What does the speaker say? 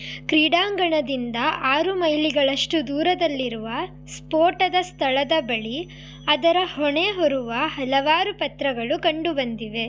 ಕ್ರೀಡಾಂಗಣದಿಂದ ಆರು ಮೈಲಿಗಳಷ್ಟು ದೂರದಲ್ಲಿರುವ ಸ್ಫೋಟದ ಸ್ಥಳದ ಬಳಿ ಅದರ ಹೊಣೆ ಹೊರುವ ಹಲವಾರು ಪತ್ರಗಳು ಕಂಡುಬಂದಿವೆ